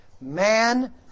man